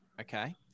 okay